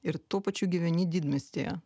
ir tuo pačiu gyveni didmiestyje